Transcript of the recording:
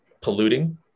polluting